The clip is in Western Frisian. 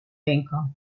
winkel